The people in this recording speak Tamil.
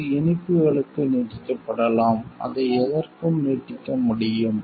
இது இனிப்புகளுக்கு நீட்டிக்கப்படலாம் அதை எதற்கும் நீட்டிக்க முடியும்